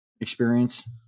experience